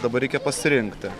dabar reikia pasirinkti